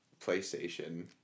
PlayStation